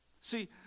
See